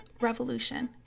Revolution